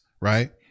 right